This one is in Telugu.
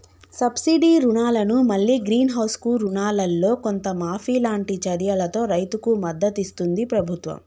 సబ్సిడీ రుణాలను మల్లి గ్రీన్ హౌస్ కు రుణాలల్లో కొంత మాఫీ లాంటి చర్యలతో రైతుకు మద్దతిస్తుంది ప్రభుత్వం